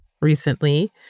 recently